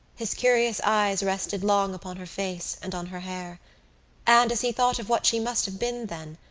his curious eyes rested long upon her face and on her hair and, as he thought of what she must have been then,